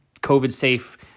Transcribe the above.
COVID-safe